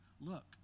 Look